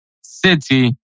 City